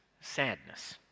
sadness